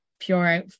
pure